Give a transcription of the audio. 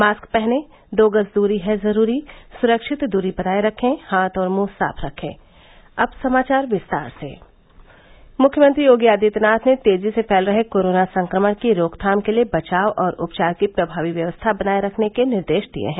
mask पहनें दो गज दूरी है जरूरी सुरक्षित दूरी बनाये रखें हाथ और मुंह साफ रखें मुख्यमंत्री योगी आदित्यनाथ ने तेजी से फैल रहे कोरोना संक्रमण की रोकथाम के लिये बचाव और उपचार की प्रभावी व्यवस्था बनाये रखने के निर्देश दिये हैं